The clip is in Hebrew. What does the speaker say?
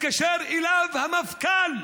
מתקשר אליו המפכ"ל,